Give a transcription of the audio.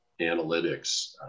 analytics